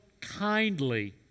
kindly